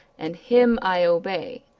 and him i obey,